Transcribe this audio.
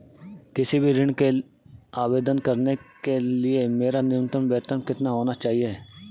किसी भी ऋण के आवेदन करने के लिए मेरा न्यूनतम वेतन कितना होना चाहिए?